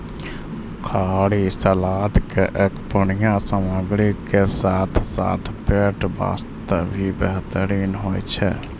खीरा सलाद के एक बढ़िया सामग्री के साथॅ साथॅ पेट बास्तॅ भी बेहतरीन होय छै